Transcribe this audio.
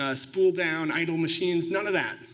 ah spool down idle machines none of that.